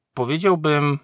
powiedziałbym